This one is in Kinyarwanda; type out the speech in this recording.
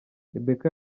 rebecca